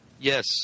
Yes